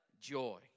joy